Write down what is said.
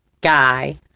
guy